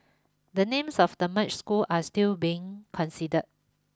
the names of the merged schools are still being considered